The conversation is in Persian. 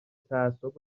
تعصب